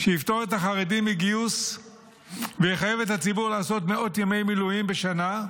שיפטור את החרדים מגיוס ויחייב את הציבור לעשות מאות ימי מילואים בשנה,